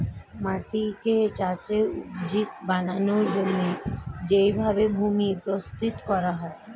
মাটিকে চাষের উপযুক্ত বানানোর জন্যে যেই ভাবে ভূমি প্রস্তুত করা হয়